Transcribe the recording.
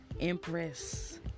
Empress